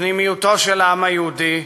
פנימיותו של העם היהודי.